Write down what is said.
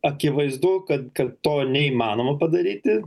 akivaizdu kad kad to neįmanoma padaryti